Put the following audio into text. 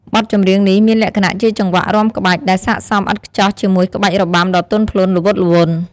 បទចម្រៀងនេះមានលក្ខណៈជាចង្វាក់រាំក្បាច់ ដែលស័ក្តិសមឥតខ្ចោះជាមួយក្បាច់របាំដ៏ទន់ភ្លន់ ល្វត់ល្វន់។